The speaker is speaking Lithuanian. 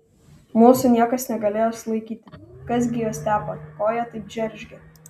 mūsų niekas negalėjo sulaikyti kas gi juos tepa ko jie taip džeržgia